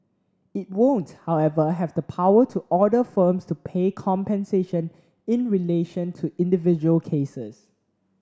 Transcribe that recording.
it won't however have the power to order firms to pay compensation in relation to individual cases